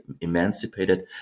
emancipated